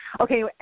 Okay